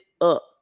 up